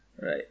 right